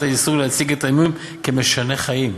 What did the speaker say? איסור להציג את ההימורים כמשני חיים,